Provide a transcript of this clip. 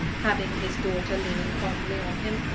having his daughter leaning fondly on him,